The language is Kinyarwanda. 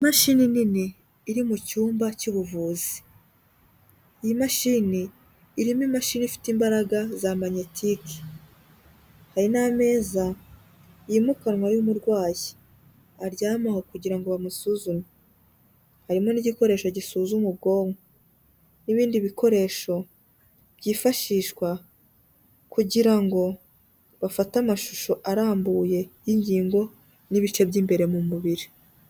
Imashini nini iri mu cyumba cy'ubuvuzi, iyi mashini irimo imashini ifite imbaraga za manyetike, hari n'ameza yimukanwa y'umurwayi aryameho kugira bamusuzume, harimo n'igikoresho gisuzuma ubwonko n'ibindi bikoresho byifashishwa kugira ngo bafate amashusho arambuye y'ingingo n'ibice by'imbere mu mubiri.